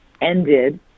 ended